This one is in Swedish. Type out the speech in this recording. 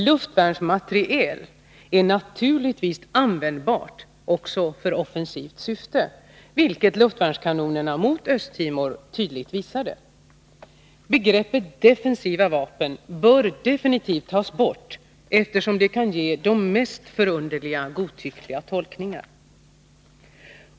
Luftvärnsmateriel är naturligtvis användbar också för offensivt syfte, vilket luftvärnskanonerna mot Östtimor tydligt visade. Begreppet ”defensiva vapen” bör definitivt tas bort, eftersom det kan ge de mest förunderliga godtyckliga tolkningar.